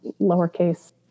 lowercase